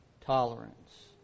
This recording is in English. tolerance